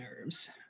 nerves